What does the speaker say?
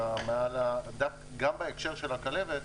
גם בהקשר של הכלבת,